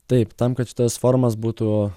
taip tam kad tas formas būtų